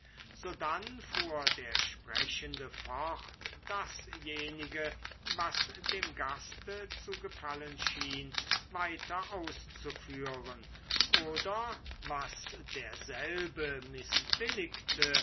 sodann fuhr der sprechende fort dasjenige was dem gaste zu gefallen schien weiter auszuführen oder was derselbe mißbilligte